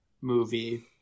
movie